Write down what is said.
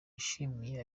yashimiye